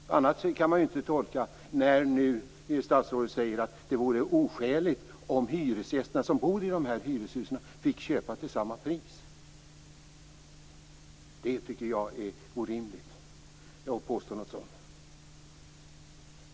På annat sätt kan man ju inte tolka det när nu statsrådet säger att det vore oskäligt om hyresgästerna som bor i de här hyreshusen fick köpa till samma pris. Jag tycker att det är orimligt att påstå något sådant.